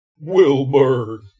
Wilbur